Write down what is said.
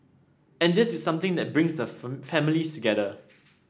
and this is something that brings the families together